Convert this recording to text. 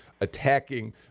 attacking